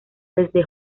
desde